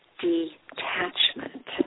detachment